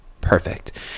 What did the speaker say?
Perfect